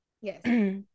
Yes